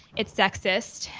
it's sexist.